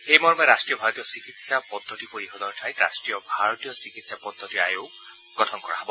সেইমৰ্মে ৰাষ্টীয় ভাৰতীয় চিকিৎসা পদ্ধতি পৰিষদৰ ঠাইত ৰাষ্টীয় ভাৰতীয় চিকিৎসা পদ্ধতি আয়োগ গঠন কৰা হ'ব